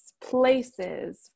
places